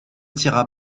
tira